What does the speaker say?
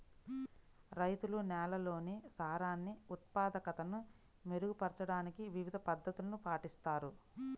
రైతులు నేలల్లోని సారాన్ని ఉత్పాదకతని మెరుగుపరచడానికి వివిధ పద్ధతులను పాటిస్తారు